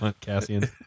Cassian